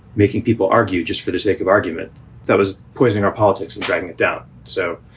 making people argue just for the sake of argument that was poisoning our politics and dragging it down. so